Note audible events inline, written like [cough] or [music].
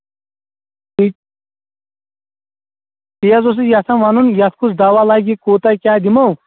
[unintelligible] تی حظ اوسُس بہٕ یَژھان وَنُن یَتھ کُس دَوا لگہِ کوٗتاہ کیٛاہ دِمو